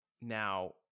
Now